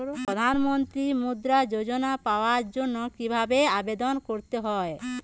প্রধান মন্ত্রী মুদ্রা যোজনা পাওয়ার জন্য কিভাবে আবেদন করতে হবে?